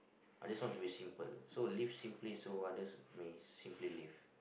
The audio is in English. I just want to be simple so live simply so I just I mean simply live